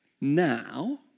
now